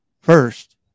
first